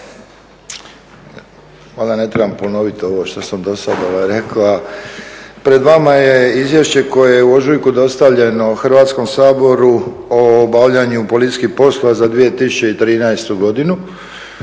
Valjda ne trebam ponoviti ovo što sam do sad rekao. Pred vama je izvješće koje je u ožujku dostavljeno Hrvatskom saboru o obavljanju policijskih poslova za 2013. godinu.